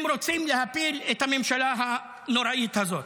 אם רוצים להפיל את הממשלה הנוראית הזאת.